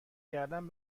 کردن